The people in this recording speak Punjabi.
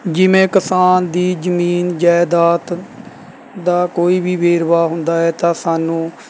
ਜਿਵੇਂ ਕਿਸਾਨ ਦੀ ਜ਼ਮੀਨ ਜਾਇਦਾਦ ਦਾ ਕੋਈ ਵੀ ਵੇਰਵਾ ਹੁੰਦਾ ਹੈ ਤਾਂ ਸਾਨੂੰ